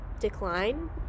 decline